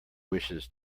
wishes